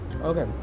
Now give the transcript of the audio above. Okay